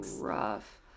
rough